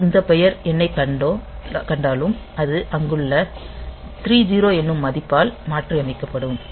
எங்கு இந்த பெயர் எண்ணைக் கண்டோம் அது அங்குள்ள 30 என்னும் மதிப்பால் மாற்றயமைக்கப்படும்